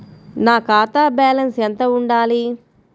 నా ఖాతా బ్యాలెన్స్ ఎంత ఉండాలి?